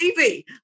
TV